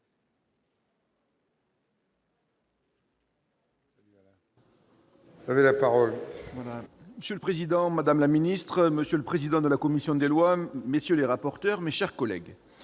Monsieur le président, madame la ministre, monsieur le président de la commission, messieurs les corapporteurs, mes chers collègues,